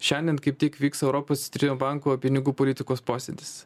šiandien kaip tik vyks europos centrinio banko pinigų politikos posėdis